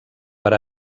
per